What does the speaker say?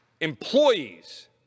employees